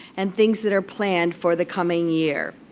and things that are planned for the coming year.